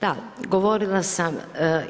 Da, govorila sam